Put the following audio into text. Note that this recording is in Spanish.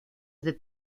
este